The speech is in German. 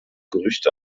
gerüchte